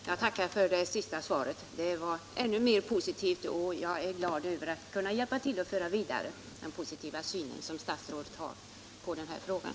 Herr talman! Jag tackar för det senaste svaret. Det var ännu mer positivt än det tidigare, och jag är glad om jag kan hjälpa till att föra vidare den positiva uppfattning som statsrådet har i den här frågan.